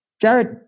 Jared